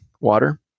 water